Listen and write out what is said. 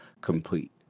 complete